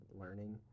learning